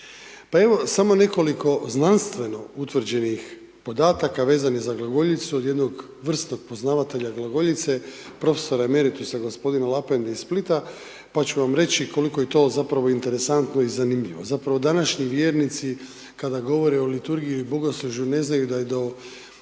Pa evo samo nekoliko znanstveno utvrđenih podataka vezanih za glagoljicu od jednog vrsnog poznavatelja glagoljice, prof. emeritusa g. Lapajna iz Splita pa ću vam reći koliko je to zapravo interesantno i zanimljivo. Zapravo današnji vjernici kada govore o liturgiji i bogoslužju ne znaju da je do